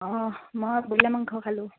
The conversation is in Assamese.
অঁ মই ব্ৰইলা মাংস খালোঁ